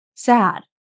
Sad